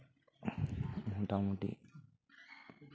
ᱢᱳᱴᱟᱢᱩᱴᱤ